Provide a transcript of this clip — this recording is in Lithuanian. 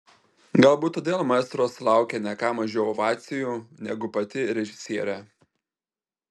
galbūt todėl maestro sulaukė ne ką mažiau ovacijų negu pati režisierė